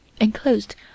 enclosed